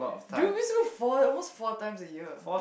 dude we used to go almost four times a year